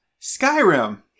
Skyrim